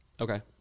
Okay